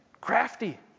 Crafty